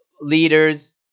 leaders